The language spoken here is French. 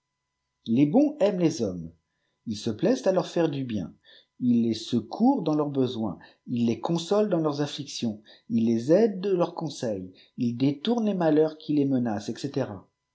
les bons aiment les hommes ils se plaisent à leur faire du ien ils les secourent dans leurs besoins ils les consolent dans leurs afflictions ils les aident de leurs conseils ils détournent les mal heurs qui les menacent etc